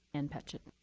ann patchett.